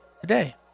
today